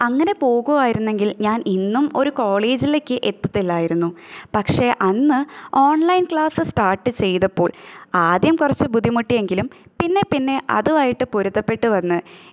അങ്ങനെ പോകുമായിരുന്നെങ്കിൽ ഞാൻ ഇന്നും ഒരു കോളേജിലേക്ക് എത്തത്തില്ലായിരുന്നു പക്ഷേ അന്ന് ഓൺലൈൻ ക്ലാസ് സ്റ്റാർട്ട് ചെയ്തപ്പോൾ ആദ്യം കുറച്ച് ബുദ്ധിമുട്ടിയെങ്കിലും പിന്നെ പിന്നെ അതുമായിട്ട് പൊരുത്തപ്പെട്ടുവന്ന്